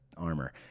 Armor